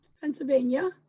Pennsylvania